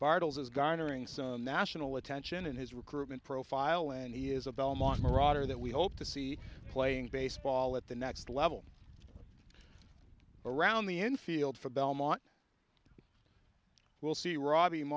bartels as garnering some national attention and his recruitment profile and he is of elmont marauder that we hope to see playing baseball at the next level around the infield for belmont we'll see robbi